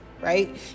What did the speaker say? right